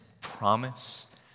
promise